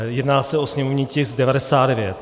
Jedná se o sněmovní tisk 99.